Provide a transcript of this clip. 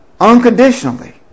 unconditionally